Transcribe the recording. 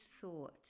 thought